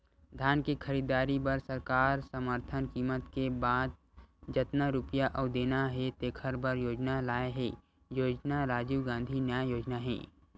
धान के खरीददारी बर सरकार समरथन कीमत के बाद जतना रूपिया अउ देना हे तेखर बर योजना लाए हे योजना राजीव गांधी न्याय योजना हे